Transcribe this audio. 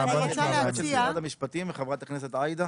האם את יועצת משרד המשפטים, חברת הכנסת עאידה?